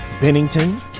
Bennington